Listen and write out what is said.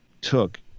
took